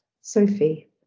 Sophie